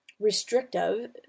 restrictive